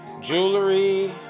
jewelry